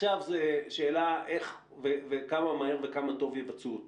עכשיו זה שאלה איך וכמה מהר וכמה טוב יבצעו אותו.